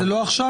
לא עכשיו?